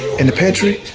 in the pantry?